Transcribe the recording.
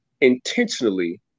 intentionally